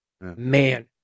Man